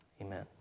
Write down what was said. Amen